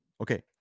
Okay